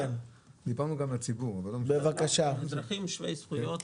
הם אזרחים שווי זכויות